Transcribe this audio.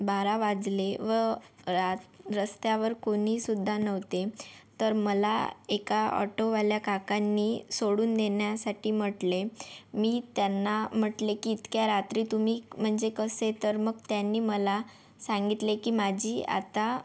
बारा वाजले व रा रस्त्यावर कोणीसुद्धा नव्हते तर मला एका ऑटोवाल्या काकांनी सोडून देण्यासाठी म्हटले मी त्यांना म्हटले की इतक्या रात्री तुम्ही म्हणजे कसे तर मग त्यांनी मला सांगितले की माझी आता